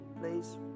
please